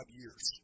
years